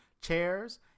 chairs